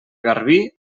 garbí